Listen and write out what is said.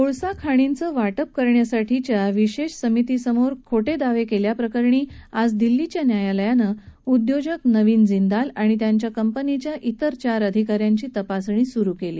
कोळसा खाणींचं वितरण करण्यासाठीच्या विशेष समितीसमोर खोटे दावे केल्या प्रकरणी आज दिल्लीच्या न्यायालयानं उद्योजक नवीन जिंदाल आणि यांच्या कंपनीच्या इतर चार अधिका यांची तपासणी स्रु केली